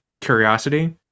curiosity